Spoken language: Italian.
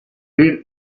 per